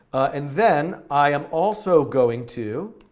and then i am also going to